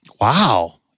Wow